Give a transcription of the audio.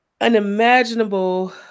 unimaginable